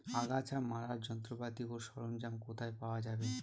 আগাছা মারার যন্ত্রপাতি ও সরঞ্জাম কোথায় পাওয়া যাবে?